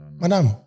Madam